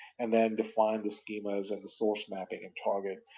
and then define the schemas and the source mapping and target.